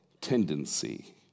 tendency